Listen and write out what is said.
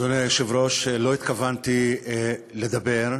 אדוני היושב-ראש, לא התכוונתי לדבר,